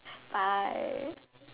bye